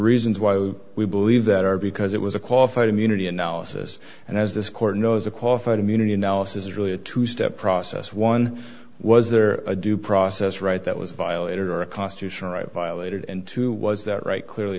reasons why we believe that are because it was a qualified immunity analysis and as this court knows a qualified immunity analysis is really a two step process one was there a due process right that was violated or a constitutional right violated and two was that right clearly